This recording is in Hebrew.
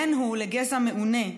בן הוא לגזע מעונה,